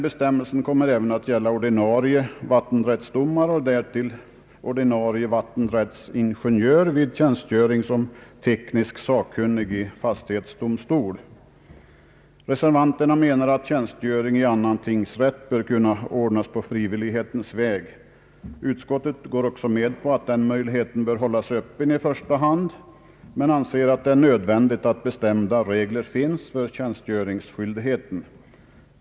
Bestämmelsen kommer även att gälla ordinarie vattenrättsdomare och därtill ordinarie vattenrättsingenjör vid tjänstgöring som teknisk sakkunnig i fastighetsdomstol. Reservanterna anser att tjänstgöring i annan tingsrätt bör kunna ordnas på frivillighetens väg. Utskottet går också med på att den möjligheten bör hållas öppen i första hand men anser att det är nödvändigt att bestämda regler finns för tjänstgöringsskyldigheten.